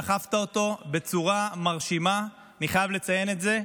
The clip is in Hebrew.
דחפת אותו בצורה מרשימה, ואני חייב לציין את זה.